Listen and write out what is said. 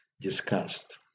discussed